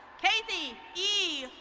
kathy e.